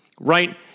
right